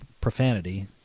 profanity